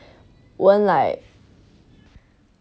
won't like